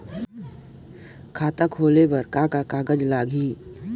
खाता खोले बर कौन का कागज लगही?